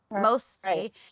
mostly